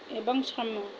ଏବଂ ସମୟ